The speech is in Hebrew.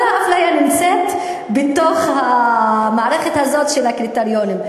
כל האפליה נמצאת בתוך המערכת הזאת של הקריטריונים,